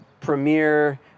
premiere